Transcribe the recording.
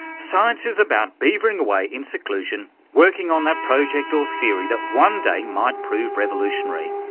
science is about beavering away in seclusion, working on that project or theory that one day might prove revolutionary.